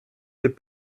des